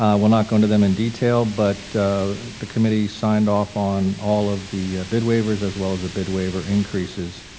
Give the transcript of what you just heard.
ah will not go into them in detail but the committee signed off on all of the bid waivers as well as a bid waiver increases.